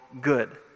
good